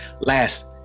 Last